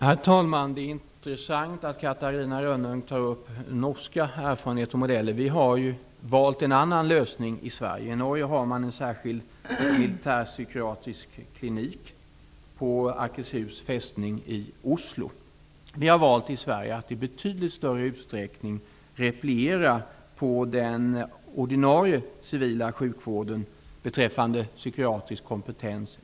Herr talman! Det är intressant att Catarina Rönnung tar upp norska erfarenheter och modeller. Vi har ju valt en annan lösning i Sverige. I Norge har man en särskild militär-psykiatrisk klinik på Akershus fästning i Oslo. I Sverige har vi valt att i betydligt större utsträckning repliera på den ordinarie civila sjukvården beräffande psykiatrisk kompetens.